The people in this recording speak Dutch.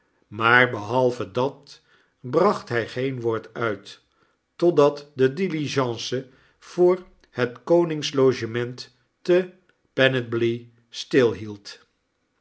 maar behalve dat bracht hy geen woord uit totdat de diligence voor het koningslogement te